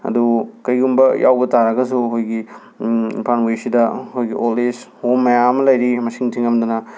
ꯑꯗꯣ ꯀꯩꯒꯨꯝꯕ ꯌꯥꯎꯕ ꯇꯥꯔꯒꯁꯨ ꯑꯩꯈꯣꯏꯒꯤ ꯏꯝꯐꯥꯟ ꯋꯦꯁꯁꯤꯗ ꯑꯩꯈꯣꯏꯒꯤ ꯑꯣꯜ ꯑꯦꯁ ꯍꯣꯝ ꯃꯌꯥꯝ ꯑꯃ ꯂꯩꯔꯤ ꯃꯁꯤꯡ ꯊꯤꯉꯝꯗꯅ